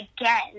again